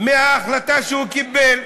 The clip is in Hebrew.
מההחלטה שהוא קיבל.